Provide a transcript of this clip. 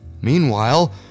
Meanwhile